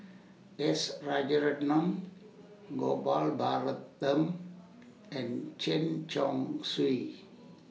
S Rajaratnam Gopal Baratham and Chen Chong Swee